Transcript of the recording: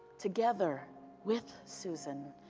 together with susan